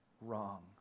wrong